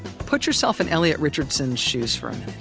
put yourself in elliot richardson's shoes for